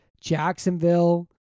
Jacksonville